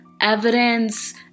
evidence